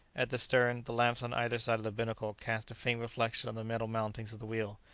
at the stern, the lamps on either side of the binnacle cast a faint reflection on the metal mountings of the wheel,